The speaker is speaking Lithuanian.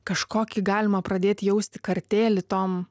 kažkokį galima pradėti jausti kartėlį tom